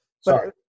Sorry